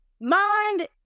mind